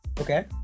Okay